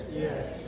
Yes